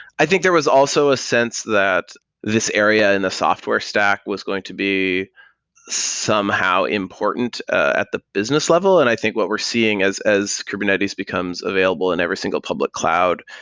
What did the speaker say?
i think there was also a sense that this area in the software stack was going to be somehow important at the business level, and i think what we're seeing is as kubernetes becomes available in every single public cloud,